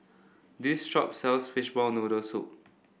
this shop sells Fishball Noodle Soup